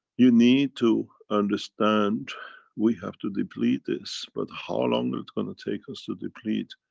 you need to understand we have to deplete this but how long it's going to take us to deplete?